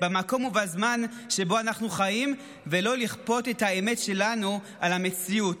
במקום ובזמן שבו אנחנו חיים ולא לכפות את האמת שלנו על המציאות,